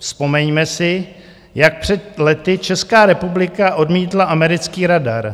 Vzpomeňme si, jak před lety Česká republika odmítla americký radar.